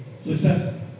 successful